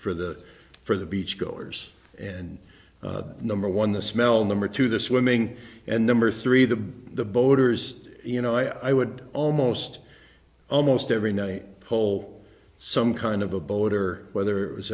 for the for the beach goers and number one the smell number two the swimming and number three the the boaters you know i would almost almost every night pole some kind of a boat or whether it was